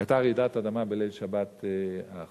היתה רעידת אדמה בליל שבת האחרון.